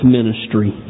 ministry